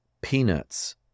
peanuts